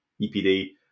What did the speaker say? EPD